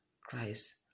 Christ